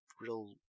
real